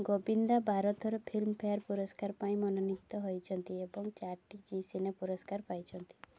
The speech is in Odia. ଗୋବିନ୍ଦା ବାର ଥର ଫିଲ୍ମଫେୟାର ପୁରସ୍କାର ପାଇଁ ମନୋନୀତ ହୋଇଛନ୍ତି ଏବଂ ଚାରୋଟି ଜି ସିନେ ପୁରସ୍କାର ପାଇଛନ୍ତି